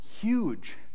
huge